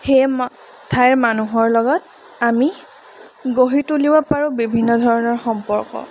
সেই ঠাইৰ মানুহৰ লগত আমি গঢ়ি তুলিব পাৰোঁ বিভিন্ন ধৰণৰ সম্পৰ্ক